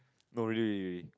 no really really really